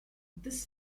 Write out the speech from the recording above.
this